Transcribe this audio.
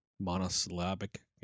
monosyllabic